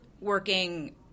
working